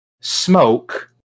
smoke